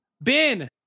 Ben